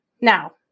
now